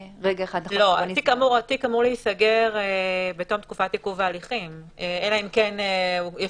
התיק אמור להיסגר בתום תקופת עיכוב ההליכים אלא אם כן יש